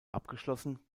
abgeschlossen